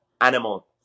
animal